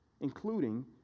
including